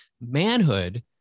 manhood